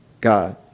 God